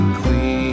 clean